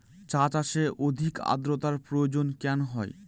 চা চাষে অধিক আদ্রর্তার প্রয়োজন কেন হয়?